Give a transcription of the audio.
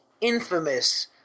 infamous